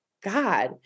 god